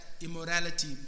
immorality